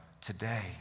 today